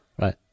right